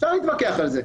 אפשר להתווכח על זה,